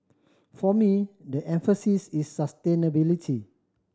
for me the emphasis is sustainability